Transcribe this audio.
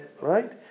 Right